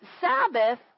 Sabbath